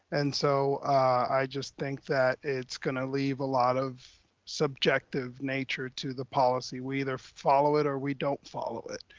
and so i just think that it's gonna leave a lot of subjective nature to the policy. we either follow it or we don't follow it.